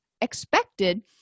expected